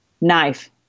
knife